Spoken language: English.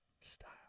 Style